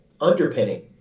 underpinning